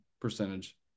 percentage